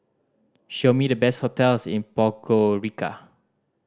show me the best hotels in Podgorica